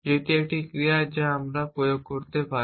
যেটি একটি ক্রিয়া যা আমি প্রয়োগ করতে পারি